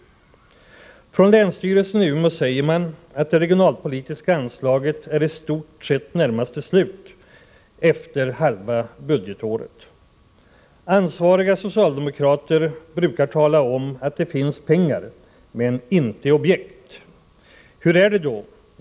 Länsstyrelsen i Umeå säger att det regionalpolitiska anslaget är i det närmaste slut efter halva budgetåret. Ansvariga socialdemokrater brukar tala om att det finns pengar men inte objekt. Hur är det då?